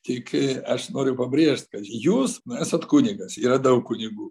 tik aš noriu pabrėžt kad jūs esat kunigas yra daug kunigų